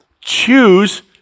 Choose